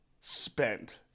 spent